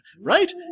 right